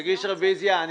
תגיש רביזיה.